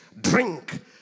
drink